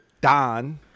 Don